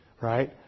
Right